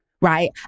right